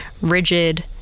rigid